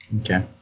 Okay